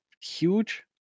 huge